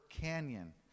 canyon